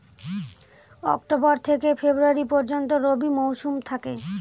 October থেকে February পর্যন্ত রবি মৌসুম থাকে